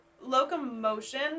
locomotion